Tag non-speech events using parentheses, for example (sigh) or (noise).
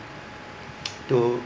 (noise) to